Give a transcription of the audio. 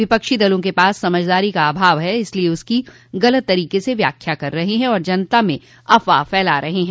विपक्षो दलों के पास समझदारी का अभाव है इसलिए उसकी गलत तरीके से व्याख्या कर रहे हैं और जनता में अफवाह फैला रहे हैं